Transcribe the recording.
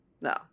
No